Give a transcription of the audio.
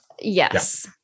Yes